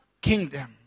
kingdom